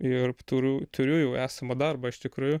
ir turiu turiu jau esamą darbą iš tikrųjų